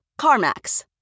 CarMax